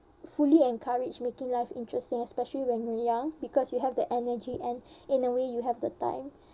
fully encourage making life interesting especially when you're young because you have the energy and in a way you have the time